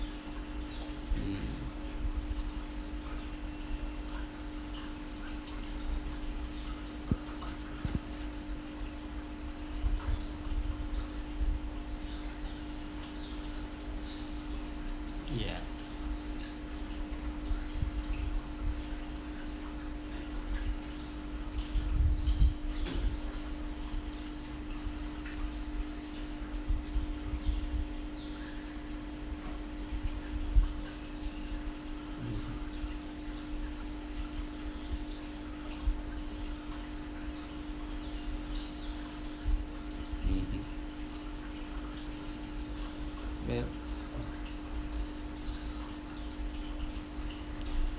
mm ya mm mmhmm ya